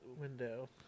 window